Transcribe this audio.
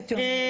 הייתי אומרת.